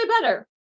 better